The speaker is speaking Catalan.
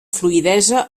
fluïdesa